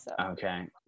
Okay